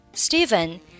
Stephen